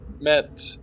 met